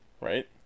right